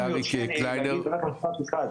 רק משפט אחד.